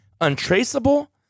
untraceable